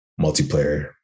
multiplayer